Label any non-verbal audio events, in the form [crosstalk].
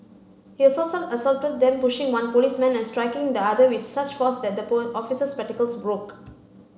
he [unintelligible] assaulted them pushing one policeman and striking the other with such force that the [unintelligible] officer's spectacles broke